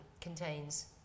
contains